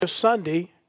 Sunday